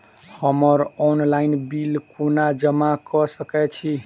हम्मर online bill कोना जमा कऽ सकय छी?